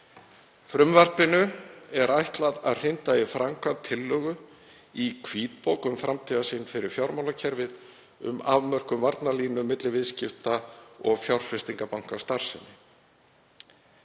Frumvarpinu er ætlað að hrinda í framkvæmd tillögu í hvítbók um framtíðarsýn fyrir fjármálakerfið um afmörkun varnarlínu milli viðskipta- og fjárfestingarbankastarfsemi.